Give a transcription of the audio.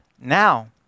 Now